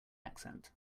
accent